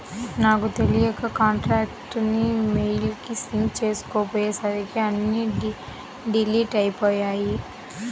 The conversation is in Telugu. నాకు తెలియక కాంటాక్ట్స్ ని మెయిల్ కి సింక్ చేసుకోపొయ్యేసరికి అన్నీ డిలీట్ అయ్యిపొయ్యాయి